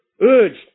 urged